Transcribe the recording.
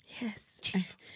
yes